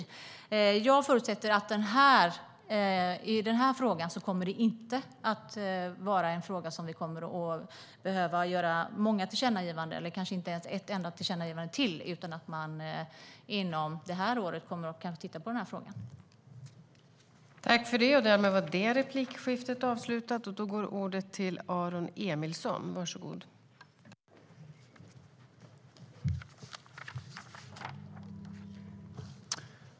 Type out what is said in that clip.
Jag förutsätter att vi i denna fråga inte kommer att behöva göra många tillkännagivanden, kanske inte ens ett enda tillkännagivande till, utan att man inom detta år kommer att titta på denna fråga.